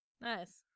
Nice